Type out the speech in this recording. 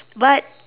but